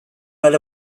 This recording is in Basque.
ale